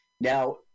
Now